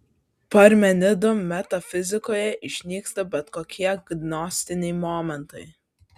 parmenido metafizikoje išnyksta bet kokie gnostiniai momentai